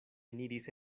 eniris